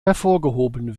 hervorgehoben